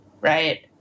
right